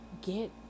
get